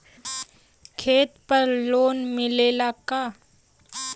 खेत पर लोन मिलेला का?